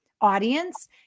audience